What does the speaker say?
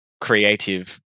creative